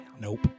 Nope